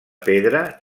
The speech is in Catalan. pedra